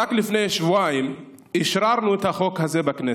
רק לפני שבועיים אשררנו את החוק הזה בכנסת.